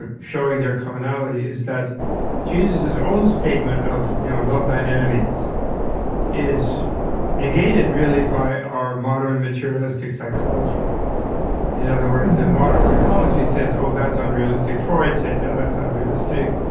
and showing their commonality, is that jesus's own statement of you know love thine enemies is negated, really, by our modern materialistic psychology in other words, the and modern psychology says, oh, that's unrealistic. freud said, oh, that's unrealistic.